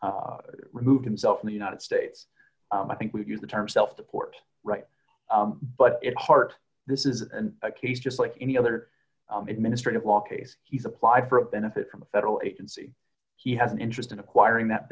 has removed himself in the united states i think we use the term self support right but at heart this is a case just like any other administrative law case he's applied for a benefit from a federal agency he has an interest in acquiring that